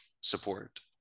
support